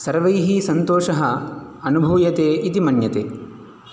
सर्वैः सन्तोषः अनुभूयते इति मन्यते